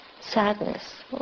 sadness